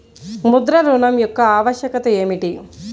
ముద్ర ఋణం యొక్క ఆవశ్యకత ఏమిటీ?